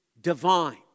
divine